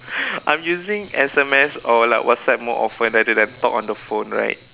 I'm using S_M_S or like WhatsApp more often rather than talk on the phone right